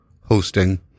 hosting